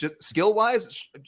skill-wise